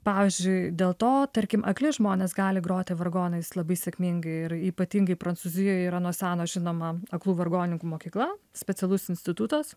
pavyzdžiui dėl to tarkim akli žmonės gali groti vargonais labai sėkmingai ir ypatingai prancūzijoj yra nuo seno žinoma aklų vargonininkų mokykla specialus institutas